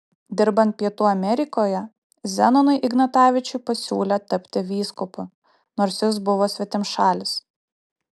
dirbant pietų amerikoje zenonui ignatavičiui pasiūlė tapti vyskupu nors jis buvo svetimšalis